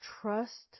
trust